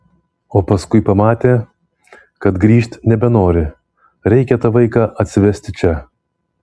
o paskui pamatė kad grįžt nebenori reikia tą vaiką atsivežti čia